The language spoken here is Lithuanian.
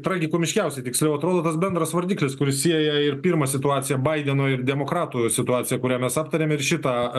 tragikomiškiausia tiksliau atrodo tas bendras vardiklis kuris sieja ir pirmą situaciją baideno ir demokratų situaciją kurią mes aptarėm ir šitą